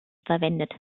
verwendet